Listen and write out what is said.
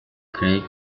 greek